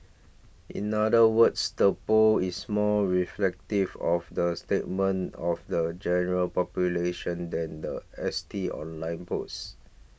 in other words the poll is more reflective of the statement of the general population than the S T online polls